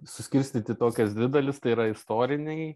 suskirstyt į tokias dvi dalis tai yra istoriniai